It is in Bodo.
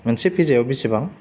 मोनसे पिजा याव बेसेबां